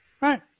Right